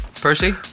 percy